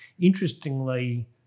Interestingly